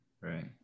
Right